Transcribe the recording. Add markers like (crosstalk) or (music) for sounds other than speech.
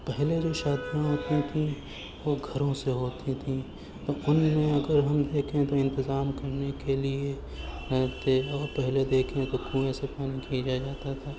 پہلے جو شادیاں ہوتی تھیں وہ گھروں سے ہوتی تھیں تو ان میں اگر ہم دیکھیں تو انتظام کرنے کے لیے (unintelligible) اور پہلے دیکھیں تو کنویں سے پانی کھینچا جاتا تھا